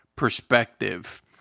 Perspective